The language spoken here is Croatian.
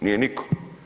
Nije nitko.